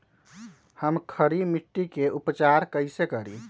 हम खड़ी मिट्टी के उपचार कईसे करी?